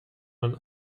man